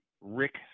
Rick